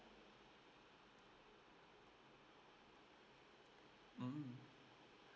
mm